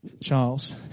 Charles